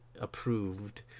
approved